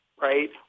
right